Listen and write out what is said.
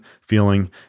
feeling